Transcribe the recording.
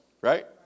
Right